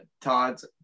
Todd's